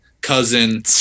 cousin